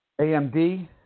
AMD